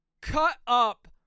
cut-up